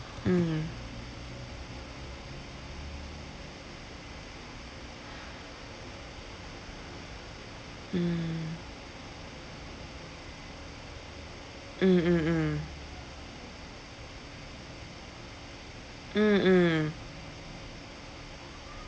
mm mm mm mm mm mm mm